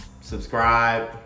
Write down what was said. subscribe